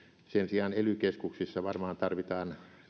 sijaan ely keskuksissa varmaan tarvitaan